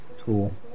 Cool